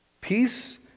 Peace